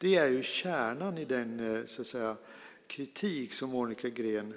Det är ju kärnan i den kritik som Monica Green